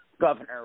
governor